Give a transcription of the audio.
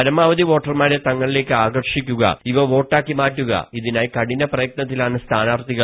പരമാവധി വോട്ടർമാരെ തങ്ങളിലേക്ക് ആകർഷിക്കുക ഇവ വോട്ടാക്കി മാറ്റുക ഇതിനായി കഠിന പ്രായക്നത്തിലാണ് സ്ഥാനാർഥികൾ